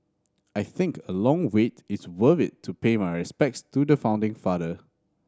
I think a long wait is worth it to pay my respects to the founding father